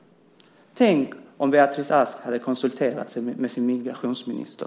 Tänk om Beatrice Ask hade konsulterat sin migrationsminister!